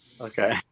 Okay